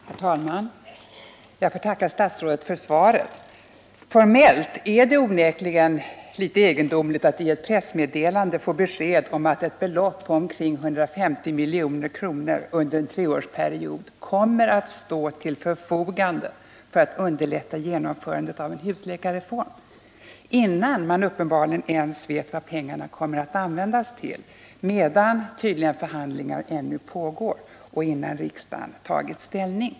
Herr talman! Jag får tacka statsrådet för svaret. Formellt är det onekligen litet egendomligt att i ett pressmeddelande få besked om att ett belopp på omkring 150 milj.kr. under en treårsperiod kommer att stå till förfogande för att underlätta genomförandet av en husläkarreform, uppenbarligen innan man ens vet vad pengarna kommer att användas till, tydligen medan förhandlingar ännu pågår och innan riksdagen tagit ställning.